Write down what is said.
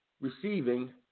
Receiving